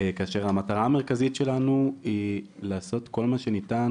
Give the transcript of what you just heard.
כאשר המטרה המרכזית שלנו היא לעשות כל מה שניתן